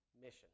mission